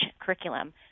curriculum